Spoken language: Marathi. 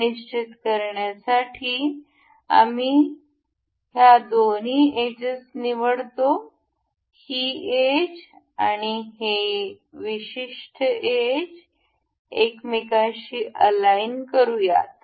हे निश्चित करण्यासाठी आम्ही हे दोन एज निवडतो ही एज आणि ही विशिष्ट एज एकमेकांशी अलाइन करूयात